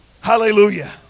hallelujah